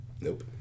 Nope